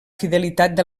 fidelitat